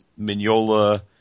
Mignola